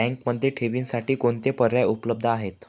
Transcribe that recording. बँकेमध्ये ठेवींसाठी कोणते पर्याय उपलब्ध आहेत?